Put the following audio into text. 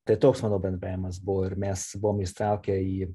tai toks mano benbiavimas buvo ir mes buvom įsitraukę į